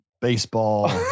baseball